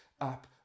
up